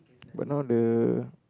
but now the